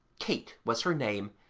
kate was her name,